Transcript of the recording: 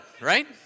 right